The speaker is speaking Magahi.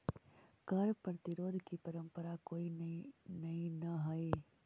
कर प्रतिरोध की परंपरा कोई नई न हई